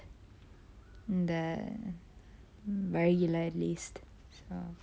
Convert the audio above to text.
the very like at least